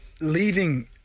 leaving